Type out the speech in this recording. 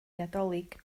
nadolig